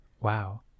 Wow